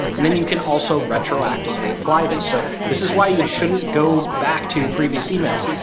and then you can also retroactively apply this. so this is why you shouldn't go back to your previous emails.